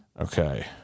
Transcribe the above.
Okay